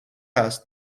است